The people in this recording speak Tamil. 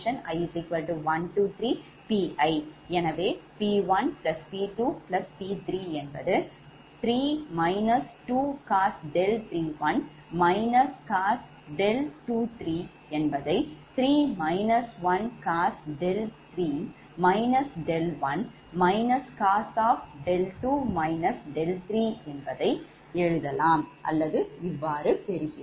PLossi13PiP1P2P33 2cos 31 cos 23 3 1cos cos என்பதை இவ்வாறு இங்கு பெறுகிறோம்